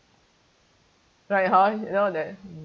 right ha you know that